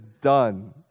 done